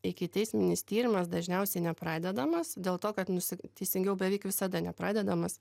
ikiteisminis tyrimas dažniausiai nepradedamas dėl to kad nusi teisingiau beveik visada nepradedamas